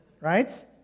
right